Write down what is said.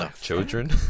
children